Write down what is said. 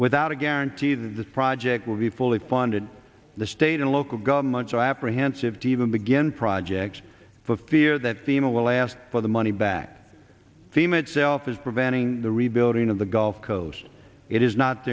without a guarantee that this project will be fully funded the state and local governments are apprehensive to even begin projects for fear that the mill will ask for the money back fema itself is preventing the rebuilding of the gulf coast it is not